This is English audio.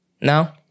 now